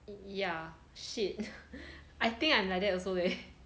yeah shit I think I'm like that also leh